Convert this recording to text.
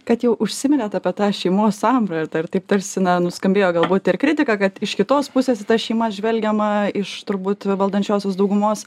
kad jau užsiminėt apie tą šeimos sampratą ir tą ir taip tarsi na nuskambėjo galbūt ir kritika kad iš kitos pusės į tas šeimas žvelgiama iš turbūt valdančiosios daugumos